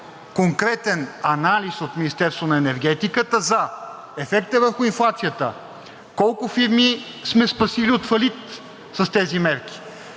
конкретен анализ от Министерството на енергетиката за ефекта върху инфлацията – колко фирми сме спасили от фалит с тези мерки,